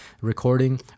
recording